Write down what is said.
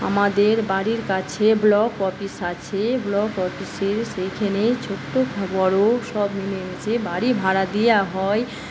আমাদের বাড়ির কাছে ব্লক অফিস আছে ব্লক অফিসের সেইখানে ছোটো বড়ো সব মিলে মিশে বাড়ি ভাড়া দেওয়া হয়